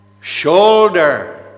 shoulder